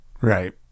right